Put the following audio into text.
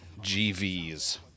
GVs